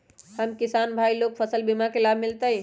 हम किसान भाई लोग फसल बीमा के लाभ मिलतई?